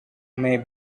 may